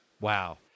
Wow